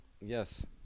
Yes